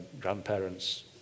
grandparents